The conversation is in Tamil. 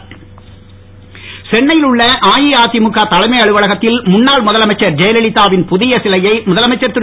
சிலை சென்னையில் உள்ள அஇஅதிமுக தலைமை அலுவகத்தில் முன்னாள் முதலமைச்சர் ஜெய ல லிதாவின் புதிய சிலையை முதலமைச்சர் திரு